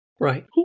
Right